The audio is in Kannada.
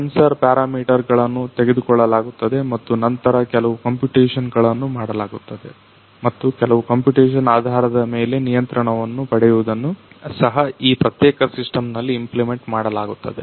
ಸೆನ್ಸರ್ ಪ್ಯಾರಾಮೀಟರ್ ಗಳನ್ನ ತೆಗೆದುಕೊಳ್ಳಲಾಗುತ್ತದೆ ಮತ್ತು ನಂತರ ಕೆಲವು ಕಂಪ್ಯುಟೇಶನ್ ಗಳನ್ನ ಮಾಡಲಾಗುತ್ತದೆ ಮತ್ತು ಕೆಲವು ಕಂಪ್ಯುಟೇಶನ್ ಆಧಾರದ ಮೇಲೆ ನಿಯಂತ್ರಣವನ್ನು ಪಡೆಯುವದನ್ನ ಸಹ ಈ ಪ್ರತ್ಯೇಕ ಸಿಸ್ಟಮ್ ನಲ್ಲಿ ಇಂಪ್ಲಿಮೆಂಟ್ ಮಾಡಲಾಗುತ್ತದೆ